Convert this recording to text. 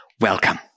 Welcome